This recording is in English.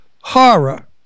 horror